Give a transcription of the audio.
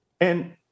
And-